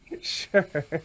sure